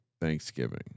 Thanksgiving